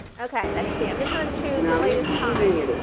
okay, let's see i'm just going to choose the latest comment.